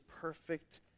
perfect